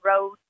Road